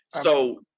So-